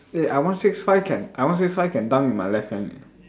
eh I one six five can I one six five can dunk with my left hand eh